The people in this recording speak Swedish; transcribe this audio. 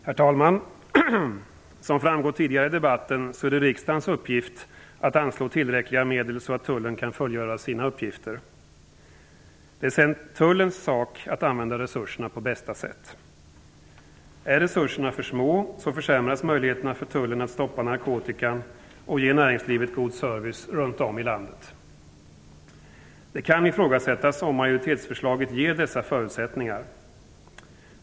Herr talman! Som framhållits tidigare i debatten är det riksdagens uppgift att anslå tillräckliga medel så att Tullen kan fullgöra sina uppgifter. Det är sedan Tullens sak att använda resurserna på bästa sätt. Är resurserna små försämras möjligheterna för Tullen att stoppa narkotikan och ge näringslivet god service runt om i landet. Det kan ifrågasättas om majoritetsförslaget ger dessa förutsättningar.